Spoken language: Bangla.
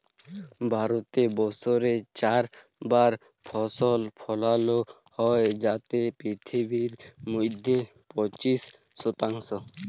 ভারতে বসরে চার বার ফসল ফলালো হ্যয় যাতে পিথিবীর মইধ্যে পঁচিশ শতাংশ